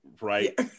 right